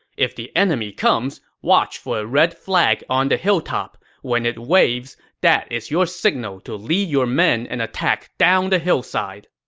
if the enemy comes, watch for a red flag on the hilltop. when it waves, that is your signal to lead your men and attack down the hillside.